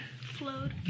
Float